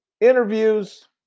interviews